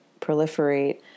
proliferate